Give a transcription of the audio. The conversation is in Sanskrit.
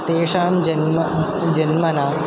तेषां जन्म द् जन्मना